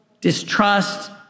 distrust